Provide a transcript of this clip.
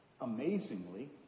amazingly